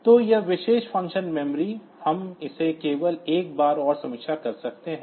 तो यह विशेष फ़ंक्शन मेमोरी हम इसे केवल एक बार और समीक्षा कर सकते हैं